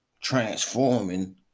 transforming